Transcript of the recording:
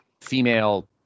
female